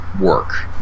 work